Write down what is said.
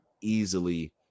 easily